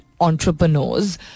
entrepreneurs